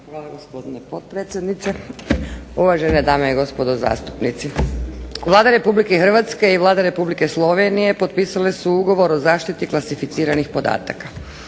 hvala gospodine potpredsjedniče, uvažene dame i gospodo zastupnici. Vlada Republike Hrvatske i Vlada Republike Slovenije potpisale su ugovor o zaštiti klasificiranih podataka.